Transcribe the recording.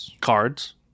Cards